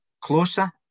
closer